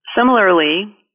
Similarly